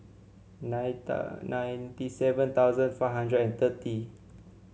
nine ninety seven thousand five hundred and thirty